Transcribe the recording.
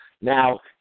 Now